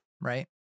right